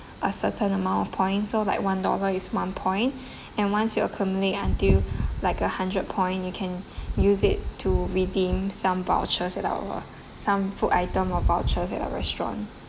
a certain amount of points so like one dollar is one point and once you accumulate until like a hundred point you can use it to redeem some vouchers at our some food item or vouchers at our restaurant